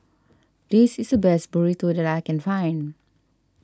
this is the best Burrito that I can find